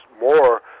more